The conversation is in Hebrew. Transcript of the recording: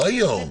לא היום.